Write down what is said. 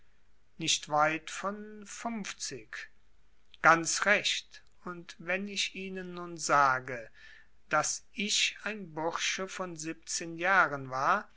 nicht weit von funfzig ganz recht und wenn ich ihnen nun sage daß ich ein bursche von siebenzehn jahren war